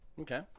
Okay